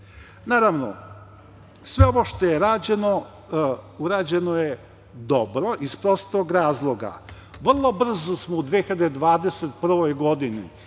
očekujem. Naravno, sve ovo što je rađeno, urađeno je dobro, iz prostog razloga, vrlo brzo smo u 2021. godini